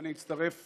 אני אצטרף